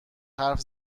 حرف